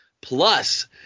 Plus